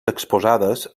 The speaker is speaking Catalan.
exposades